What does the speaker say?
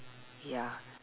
ya